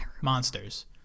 monsters